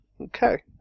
Okay